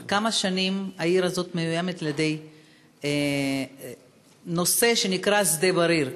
כבר כמה שנים העיר הזאת מאוימת על-ידי הנושא שנקרא שדה-בריר,